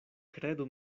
kredu